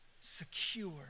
secure